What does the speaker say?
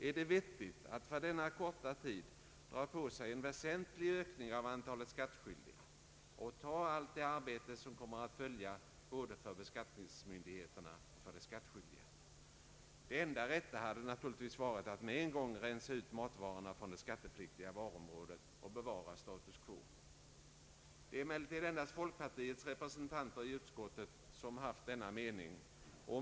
är det vettigt att för denna korta tid dra på sig en väsentlig ökning av antalet skattskyldiga och ta allt det arbete som kommer att följa både för beskattningsmyndigheterna och för de skattskyldiga? Det enda rätta hade naturligtvis varit att med en gång rensa ut matvarorna från det skattepliktiga varuområdet och bevara status quo. Det är emellertid endast folkpartiets representanter i utskottet som haft denna mening.